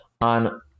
on